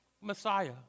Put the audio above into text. Messiah